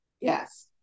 Yes